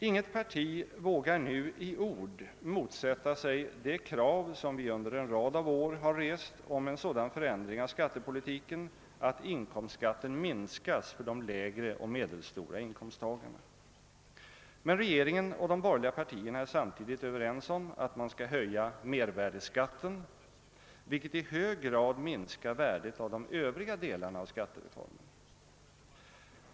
Inget parti vågar nu i ord motsätta sig det krav som vi under en rad av år rest om en sådan förändring av skattepolitiken, att inkomstskatten minskas. för de lägre och medelstora inkomsttagarna. Men regeringen och de borger-. liga partierna är samtidigt överens om att man skall höja mervärdeskatten, vil-- ket i hög grad minskar värdet av de övriga delarna av skattereformen.